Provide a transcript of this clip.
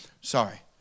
Sorry